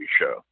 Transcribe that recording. show